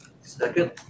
second